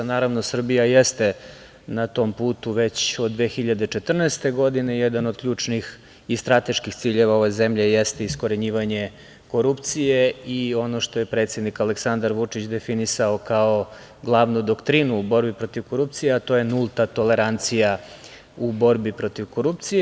Naravno, Srbija jeste na tom putu već od 2014. godine i jedan od ključnih i strateških ciljeva ove zemlje jeste iskorenjivanje korupcije i ono što je predsednik Aleksandar Vučić definisao kao glavnu doktrinu u borbi protiv korupcije, a to je nulta tolerancija u borbi protiv korupcije.